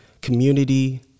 community